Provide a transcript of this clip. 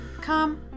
come